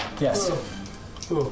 Yes